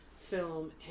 film